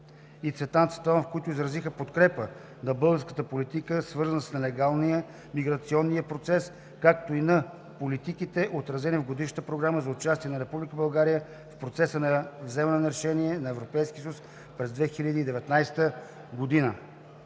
Цветанов, които изразиха подкрепа на българската политика, свързана с нелегалния миграционен процес, както и на политиките, отразени в Годишната програма за участие на Република България в процеса на вземане на решения на Европейския съюз през 2019 г.